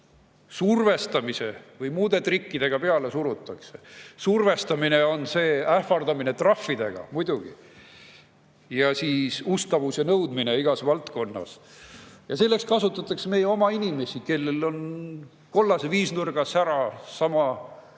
survestamise või muude trikkidega peale surutakse. Survestamine on see ähvardamine trahvidega muidugi. Ja siis ustavuse nõudmine igas valdkonnas. Selleks kasutatakse meie oma inimesi, kellele on kollase viisnurga sära sama